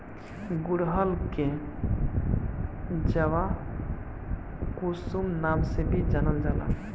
गुड़हल के जवाकुसुम नाम से भी जानल जाला